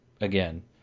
again